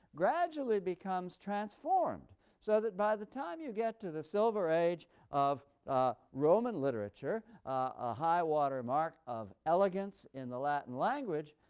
gradually becomes transformed so that by the time you get to the silver age of roman literature, a high-water mark of elegance in the latin language,